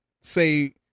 say